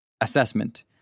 Assessment